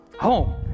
home